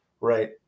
right